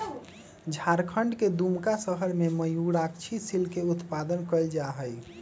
झारखंड के दुमका शहर में मयूराक्षी सिल्क के उत्पादन कइल जाहई